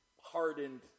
hardened